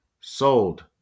sold